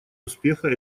успеха